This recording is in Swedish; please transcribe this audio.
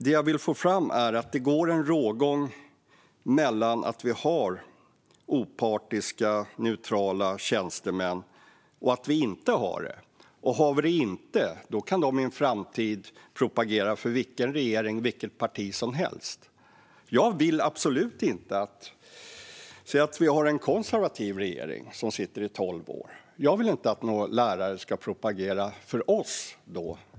Det jag vill få fram är att det går en rågång mellan att vi har opartiska, neutrala tjänstemän och att vi inte har det. Har vi det inte, då kan tjänstemän i en framtid propagera för vilken regering och vilket parti som helst. Säg att vi har en konservativ regering som sitter i tolv år. Jag vill absolut inte att några lärare ska propagera för oss då.